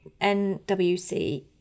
NWC